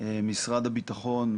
משרד הביטחון,